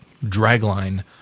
Dragline